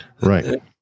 Right